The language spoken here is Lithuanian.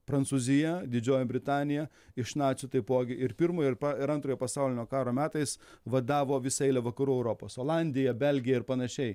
prancūzija didžioji britanija iš nacių taipogi ir pirmojo ir pa ir antrojo pasaulinio karo metais vadavo visą eilę vakarų europos olandiją belgiją ir panašiai